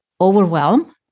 overwhelm